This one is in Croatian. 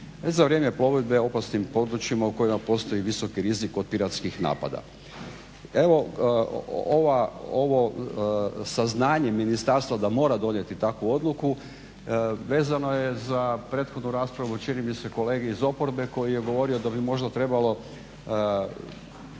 za vrijeme plovidbe opasnim područjima u kojima postoji visoki rizik od piratskih napada. Ovo saznanje ministarstva da mora donijeti kakvu odluku vezano je za prethodnu raspravu čini mi se kolege iz oporbe koji je govorio da bi možda trebalo